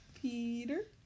Peter